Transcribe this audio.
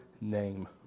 name